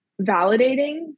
validating